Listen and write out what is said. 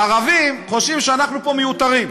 הערבים חושבים שאנחנו פה מיותרים.